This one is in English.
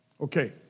Okay